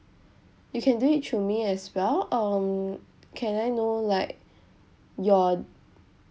you can do it through me as well um can I know like your